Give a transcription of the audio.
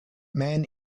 man